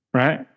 right